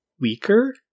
weaker